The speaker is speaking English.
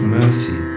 mercy